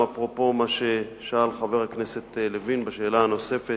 אפרופו מה ששאל חבר הכנסת לוין בשאלה הנוספת,